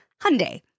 Hyundai